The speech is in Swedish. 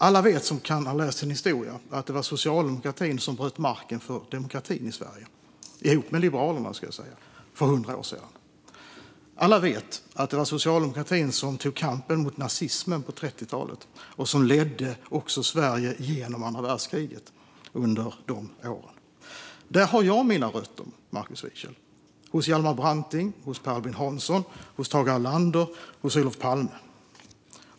Alla som har läst sin historia vet att det var socialdemokratin - tillsammans med de liberala, ska jag säga - som bröt marken för demokratin i Sverige för 100 år sedan. Alla vet att det var socialdemokratin som tog kampen mot nazismen på 30-talet och som ledde Sverige genom andra världskriget. Där har jag mina rötter, Markus Wiechel - hos Hjalmar Branting, Per Albin Hansson, Tage Erlander och Olof Palme.